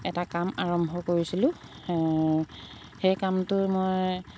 এটা কাম আৰম্ভ কৰিছিলোঁ সেই কামটো মই